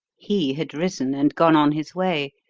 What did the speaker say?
he had risen and gone on his way,